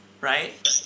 right